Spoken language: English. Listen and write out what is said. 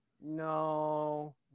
no